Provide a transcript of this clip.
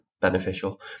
beneficial